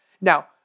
Now